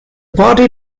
party